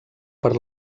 per